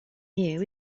new